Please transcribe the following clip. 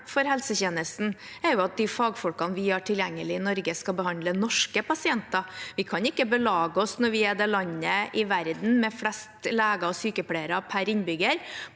for helsetjenesten er at de fagfolkene vi har tilgjengelig i Norge, skal behandle norske pasienter. Vi kan ikke belage oss på, når vi er det landet i verden med flest leger og sykepleiere per innbygger,